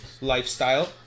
lifestyle